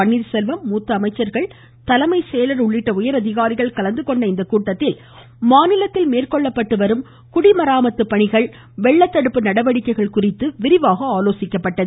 பன்னீர்செல்வம் மூத்த அமைச்சர்கள் தலைமை செயலர் உள்ளிட்ட உயர் அதிகாரிகள் கலந்துகொண்ட இக்கூட்டத்தில் மாநிலத்தில் மேற்கொள்ளப்பட்டு வரும் குடிமராமத்து பணிகள் வெள்ளத்தடுப்பு நடவடிக்கைகள் குறித்து விரிவாக ஆலோசிக்கப்பட்டது